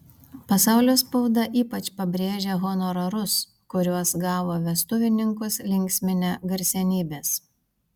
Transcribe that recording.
pasaulio spauda ypač pabrėžia honorarus kuriuos gavo vestuvininkus linksminę garsenybės